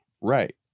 right